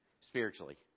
Spiritually